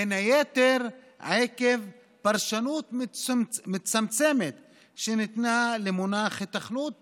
בין היתר עקב פרשנות מצמצמת שניתנה למונח "היתכנות תכנונית".